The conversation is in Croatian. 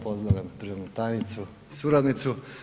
Pozdravljam državnu tajnicu i suradnicu.